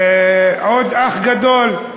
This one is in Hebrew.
עוד אח גדול.